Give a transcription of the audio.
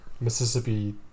Mississippi